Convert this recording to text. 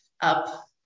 up